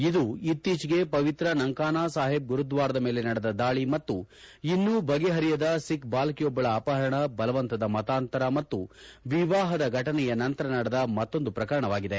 ಇದು ಇತ್ತೀಚೆಗೆ ಪವಿತ್ರ ನಂಕಾನಾ ಸಾಹಿಬ್ ಗುರುದ್ದಾರದ ಮೇಲೆ ನಡೆದ ದಾಳಿ ಮತ್ತು ಇನ್ನೂ ಬಗೆಹರಿಯದ ಸಿಖ್ ಬಾಲಕಿಯೊಬ್ಲಳ ಅಪಪರಣ ಬಲವಂತದ ಮತಾಂತರ ಮತ್ತು ವಿವಾಹದ ಘಟನೆಯ ನಂತರ ನಡೆದ ಮತ್ತೊಂದು ಪ್ರಕರಣವಾಗಿದೆ